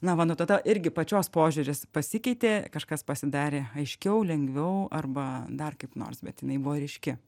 na va nuo tada irgi pačios požiūris pasikeitė kažkas pasidarė aiškiau lengviau arba dar kaip nors bet jinai buvo ryški